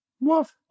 Woof